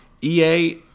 EA